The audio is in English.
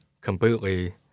completely